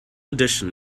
edition